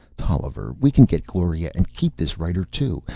tolliver, we can get gloria and keep this writer too,